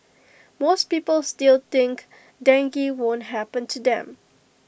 most people still think dengue won't happen to them